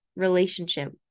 relationship